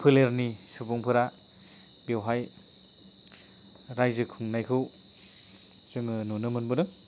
फोलरनि सुबुंफोरा बेवहाय रायजो खुंनायखौ जोङो नुनो मोनबोदों